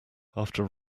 after